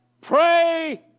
pray